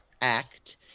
Act